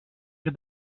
que